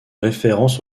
référence